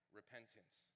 repentance